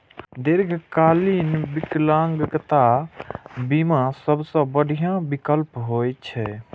दीर्घकालीन विकलांगता बीमा सबसं बढ़िया विकल्प होइ छै